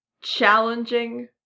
challenging